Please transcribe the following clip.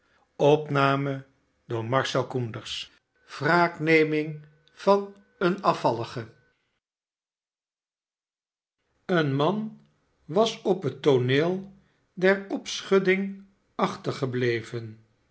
xliv wraakneming van een afvaluge een man was op het tooneel der opschudding achtergebleven